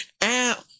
Ow